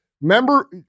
Remember